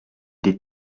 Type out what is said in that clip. des